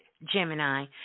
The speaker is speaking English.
Gemini